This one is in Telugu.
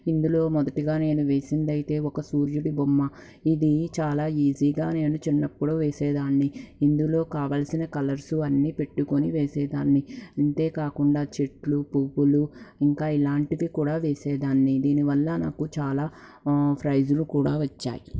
ఇందులో మొదటిగా నేను వేసింది అయితే ఒక సూర్యుడి బొమ్మ ఇది చాలా ఈజీగా నేను చిన్నప్పుడు వేసేదాన్ని ఇందులో కావలసిన కలర్సు అన్నీ పెట్టుకుని వేసే దాన్ని ఇంతే కాకుండా చెట్లు పువ్వులు ఇంకా ఇలాంటివి కూడా వేసేదాన్ని దీనివల్ల నాకు చాలా ప్రైజులు కూడా వచ్చాయి